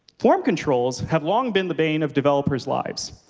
form controls have long been the bane of developers' lives,